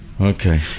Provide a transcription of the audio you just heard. Okay